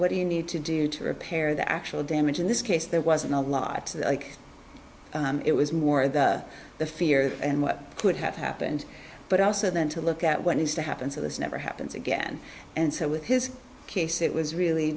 what do you need to do to repair the actual damage in this case there wasn't a lot like it was more the the fear and what could have happened but also then to look at what needs to happen so this never happens again and so with his case it was really